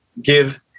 give